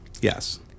yes